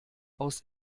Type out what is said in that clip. aus